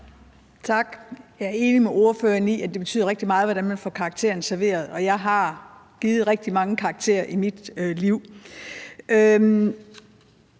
Tak. Jeg er enig med ordføreren i, at det betyder rigtig meget, hvordan man får karakteren serveret. Og jeg har givet rigtig mange karakterer i mit liv.